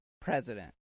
president